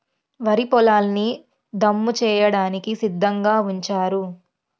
వరి పొలాల్ని దమ్ము చేయడానికి సిద్ధంగా ఉంచారు